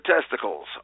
testicles